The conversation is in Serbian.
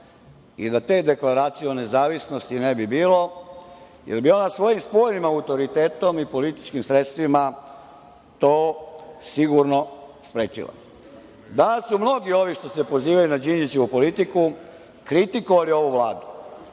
i da te Deklaracije o nezavisnosti ne bi bilo, jer bi ona svojim spoljnim autoritetom i političkim sredstvima to sigurno sprečila. Da su mnogi ovi koji se pozivaju na Đinđićevu politiku kritikovali ovu Vladu,